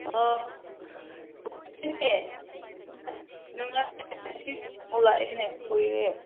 ꯑꯣ ꯀꯨꯏꯔꯦ